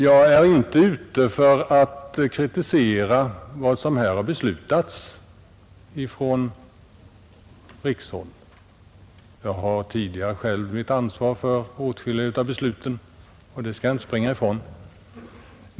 Jag är inte ute för att kritisera vad som här har beslutats på riksplanet. Jag har själv sedan tidigare ett ansvar för åtskilliga av besluten, och det ansvaret skall jag inte springa ifrån.